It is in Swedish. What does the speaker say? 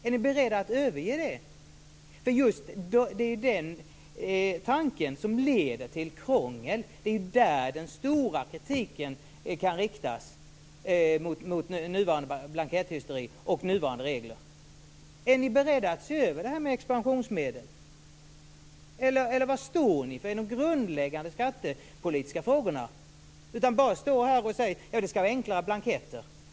Är ni beredda att överge det? Det är ju den tanken som leder till krångel. Det är där den stora kritiken kan riktas mot nuvarande blanketthysteri och nuvarande regler. Är ni beredda att se över detta med expansionsmedel? Eller vad står ni för i de grundläggande skattepolitiska frågorna? Ni står bara här och säger att det skall vara enklare blanketter.